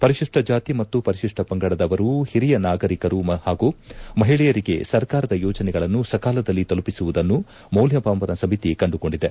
ಪರಿಶಿಷ್ಟ ಜಾತಿ ಮತ್ತು ಪರಿಶಿಷ್ಟ ಪಂಗಡದವರು ಹಿರಿಯ ನಾಗರಿಕರು ಹಾಗೂ ಮಹಿಳೆಯರಿಗೆ ಸರ್ಕಾರದ ಯೋಜನೆಗಳನ್ನು ಸಕಾಲದಲ್ಲಿ ತಲುಪಿಸಿರುವುದನ್ನು ಮೌಲ್ಡಮಾಪನ ಸಮಿತಿ ಕಂಡುಕೊಂಡಿದೆ